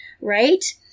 right